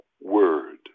word